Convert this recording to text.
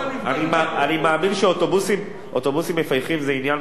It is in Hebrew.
אני מאמין שאוטובוסים מפייחים זה עניין,